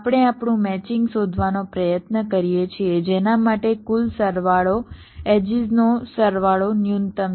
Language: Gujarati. આપણે આપણું મેચિંગ શોધવાનો પ્રયત્ન કરીએ છીએ જેના માટે કુલ સરવાળો એડ્જીસનો સરવાળો ન્યૂનતમ છે